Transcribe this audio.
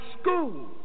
school